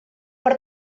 per